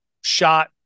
shot